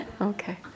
Okay